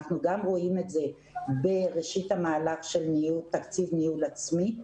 אנחנו גם רואים את זהב ראשית המהלך של תקציב ניהול עצמי,